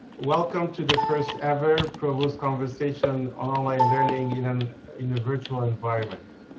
welcome to the first ever provost conversation on online learning in and in a virtual environment.